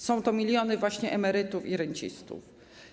Są to miliony właśnie emerytów i rencistów.